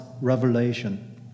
revelation